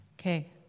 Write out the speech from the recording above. Okay